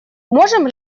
можем